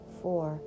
four